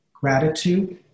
gratitude